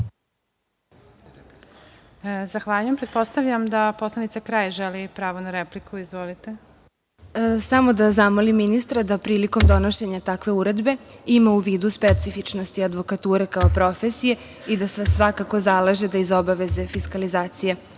Zahvaljujem. Pretpostavljam da poslanica Kralj želi pravo na repliku. Izvolite. **Dubravka Kralj** Samo da zamolim ministra da prilikom donošenja takve uredbe ima u vidu specifičnosti advokature kao profesije i da se svakako zalaže da iz obaveze fiskalizacije